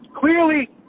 clearly